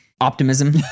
optimism